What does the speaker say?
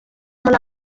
muri